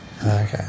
Okay